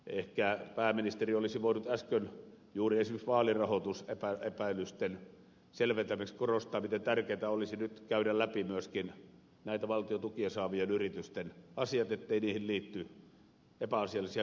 ehkä pääministeri olisi voinut äsken juuri esimerkiksi vaalirahoitusepäilysten selventämiseksi korostaa miten tärkeätä olisi nyt käydä läpi myöskin näiden valtion tukia saavien yritysten asiat ettei niihin liity epäasiallisia kytköksiä